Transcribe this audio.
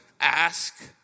ask